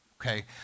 okay